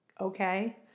okay